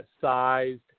sized